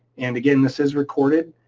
and again, this is recorded.